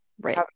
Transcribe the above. Right